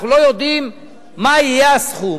אנחנו לא יודעים מה יהיה הסכום,